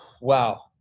Wow